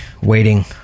waiting